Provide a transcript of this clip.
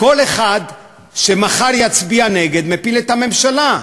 כל אחד שמחר יצביע נגד מפיל את הממשלה.